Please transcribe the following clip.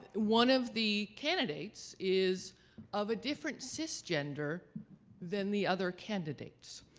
one of the candidates is of a different cisgender than the other candidates.